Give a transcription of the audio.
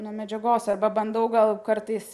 nuo medžiagos arba bandau gal kartais